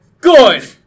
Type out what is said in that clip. Good